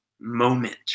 Moment